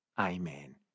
Amen